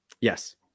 Yes